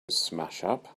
smashup